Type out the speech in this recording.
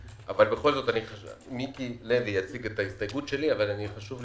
אבל מיקי לוי יציג את ההסתייגות שלי על חוק הספנות.